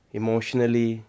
emotionally